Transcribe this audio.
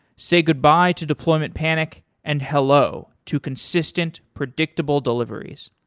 say goodbye to deployment panic and hello to consistent predictable deliveries.